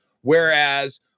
whereas